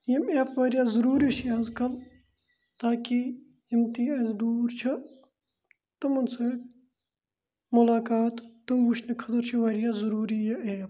یِم ایپ واریاہ ضروٗری چھِ آز کَل تاکہِ یِم تہِ اَسہِ دوٗر چھِ تِمَن سۭتۍ مُلاقات تِم وٕچھنہٕ خٲطرٕ چھِ واریاہ ضٔروٗری یہِ ایپ